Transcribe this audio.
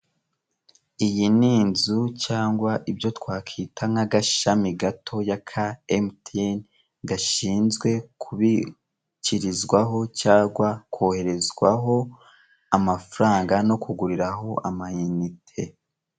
Iyi ni inzu cyangwa ibyo twakwita nk'agashami gatoya ka emutiyeni gashinzwe kubikirizwaho cyangwa koherezwaho amafaranga no kuguriraho amayinite.